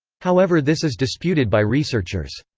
however this is disputed by researchers.